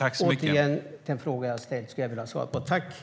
Jag skulle vilja ha svar på den fråga jag ställde.